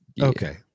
Okay